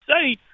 say